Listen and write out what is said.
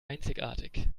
einzigartig